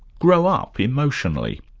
grow up emotionally?